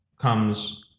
comes